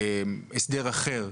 לייצר הסדר אחר.